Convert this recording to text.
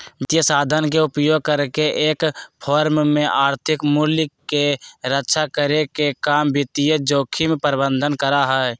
वित्तीय साधन के उपयोग करके एक फर्म में आर्थिक मूल्य के रक्षा करे के काम वित्तीय जोखिम प्रबंधन करा हई